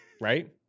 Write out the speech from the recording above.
right